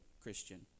Christian